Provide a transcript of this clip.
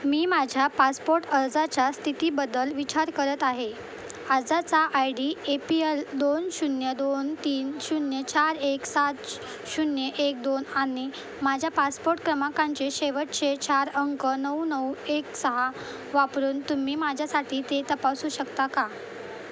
मी माझ्या पासपोट अर्जाच्या स्थितीबद्दल विचार करत आहे अर्जाचा I D A P L दोन शून्य दोन तीन शून्य चार एक सात शून्य एक दोन आणि माझ्या पासपोट क्रमांकांचे शेवटचे चार अंक नऊ नऊ एक सहा वापरून तुम्ही माझ्यासाठी ते तपासू शकता का